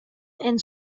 and